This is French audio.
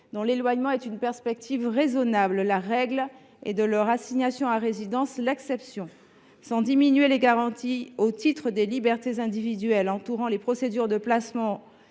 dont l’éloignement est une perspective raisonnable la règle, et de leur assignation à résidence l’exception. Sans diminuer les garanties au titre des libertés individuelles entourant les procédures de placement